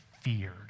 feared